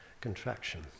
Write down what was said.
contraction